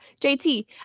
JT